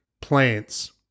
plants